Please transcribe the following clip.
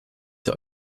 der